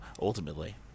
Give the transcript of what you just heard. ultimately